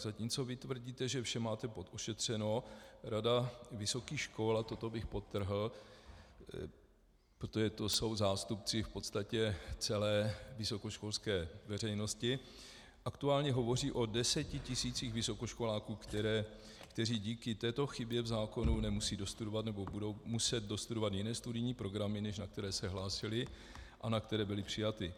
Zatímco vy tvrdíte, že vše máte ošetřeno, rada vysokých škol a toto bych podtrhl, protože to jsou zástupci v podstatě celé vysokoškolské veřejnosti aktuálně hovoří o desetitisících vysokoškoláků, kteří díky této chybě v zákonu nemusí dostudovat, nebo budou muset dostudovat jiné studijní programy, než na které se hlásili a na které byli přijati.